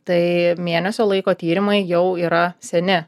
tai mėnesio laiko tyrimai jau yra seni